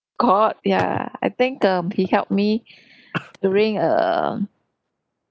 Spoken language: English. god yeah I think um he helped me during err